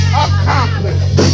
accomplished